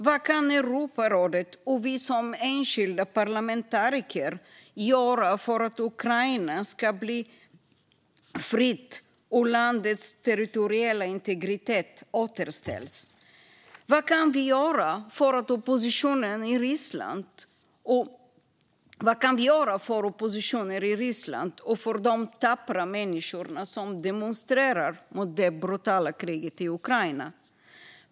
Vad kan Europarådet och vi som enskilda parlamentariker göra för att Ukraina ska bli fritt och landets territoriella integritet återställas? Vad kan vi göra för oppositionen i Ryssland och för de tappra människorna som demonstrerar mot det brutala kriget i Ukraina?